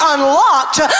unlocked